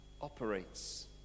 operates